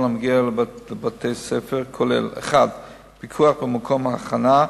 המגיע לבתי-הספר כוללת: 1. פיקוח במקום ההכנה,